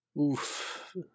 oof